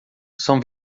são